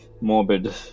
morbid